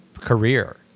career